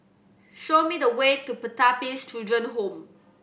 show me the way to Pertapis Children Home